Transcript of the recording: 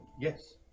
Yes